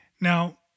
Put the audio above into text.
Now